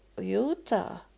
Utah